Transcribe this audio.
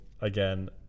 again